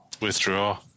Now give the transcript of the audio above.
Withdraw